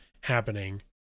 happening